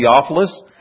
Theophilus